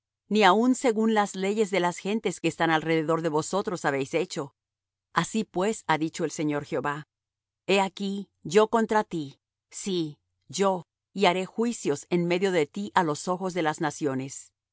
ni aun según las leyes de las gentes que están alrededor de vosotros habéis hecho así pues ha dicho el señor jehová he aquí yo contra ti si yo y haré juicios en medio de ti á los ojos de las naciones